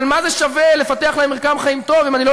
אבל מה זה שווה לפתח להם מרקם חיים טוב אם אני לא